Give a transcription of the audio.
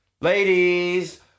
Ladies